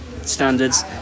standards